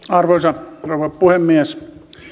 arvoisa rouva puhemies